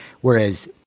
Whereas